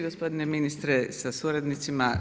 Gospodine ministre sa suradnicima.